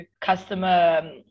customer